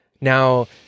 Now